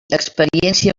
experiència